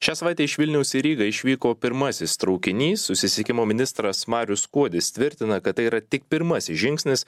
šią savaitę iš vilniaus į rygą išvyko pirmasis traukinys susisiekimo ministras marius kuodis tvirtina kad tai yra tik pirmasis žingsnis